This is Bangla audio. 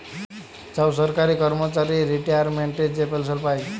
ছব সরকারি চাকরির কম্মচারি রিটায়ারমেল্টে যে পেলসল পায়